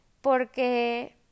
Porque